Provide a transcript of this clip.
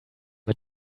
mit